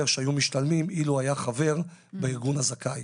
שהיו משתלמים אילו היה חבר בארגון הזכאי.